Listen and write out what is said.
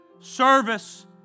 service